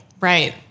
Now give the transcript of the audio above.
Right